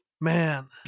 man